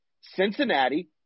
Cincinnati